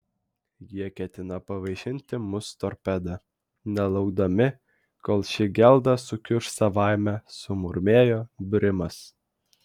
jie ketina pavaišinti mus torpeda nelaukdami kol ši gelda sukiuš savaime sumurmėjo brimas